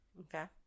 Okay